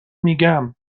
میگم